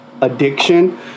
Addiction